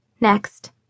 Next